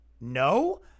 no